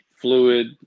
Fluid